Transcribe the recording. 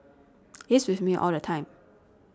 he's with me all the time